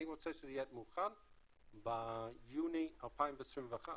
אני רוצה להיות מוכן ביוני 2021,